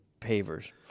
pavers